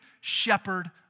shepherd